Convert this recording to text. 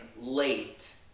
late